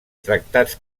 tractats